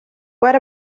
what